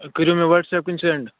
کٔرِو مےٚ WhatsApp وُنۍ سٮ۪نٛڈ